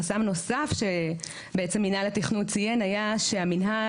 חסם נוסף שבעצם מינהל התכנון ציין היה שהמינהל